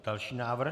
Další návrh.